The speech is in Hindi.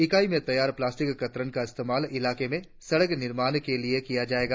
इकाई में तैयार प्लास्टिक कतरनों का इस्तेमाल इलाके में सड़क निर्माण के लिए किया जाएगा